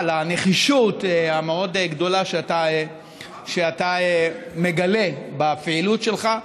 לנחישות המאוד-גדולה שאתה מגלה בפעילות שלך,